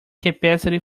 capacity